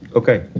okay.